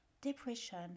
depression